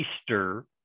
Easter